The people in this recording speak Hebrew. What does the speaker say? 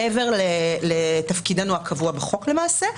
מעבר לתפקידנו הקבוע בחוק למעשה,